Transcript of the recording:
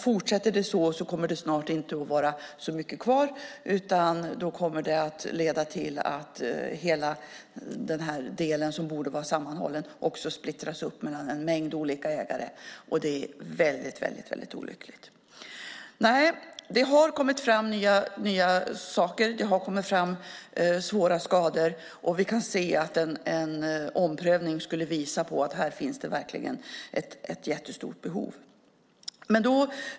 Fortsätter det så kommer det snart inte att vara så mycket kvar, utan det kommer att leda till att detta som borde vara sammanhållet splittras upp mellan en mängd olika ägare. Det vore väldigt olyckligt. Det har kommit fram nya saker. Det har kommit fram svåra skador. En omprövning skulle visa att här finns det verkligen ett jättestort behov.